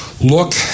look